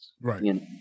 Right